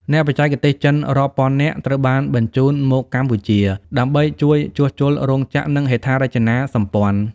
អ្នកបច្ចេកទេសចិនរាប់ពាន់នាក់ត្រូវបានបញ្ជូនមកកម្ពុជា ដើម្បីជួយជួសជុលរោងចក្រ និងហេដ្ឋារចនាសម្ព័ន្ធ។